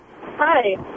Hi